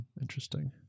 interesting